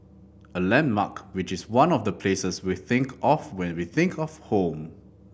a landmark which is one of the places we think of when we think of home